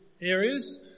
areas